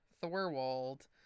Thorwald